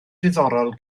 diddorol